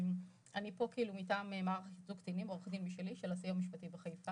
מפה מטעם מערך ייצוג קטינים "עו"ד משלי" של הסיוע המשפטי בחיפה.